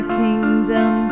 kingdom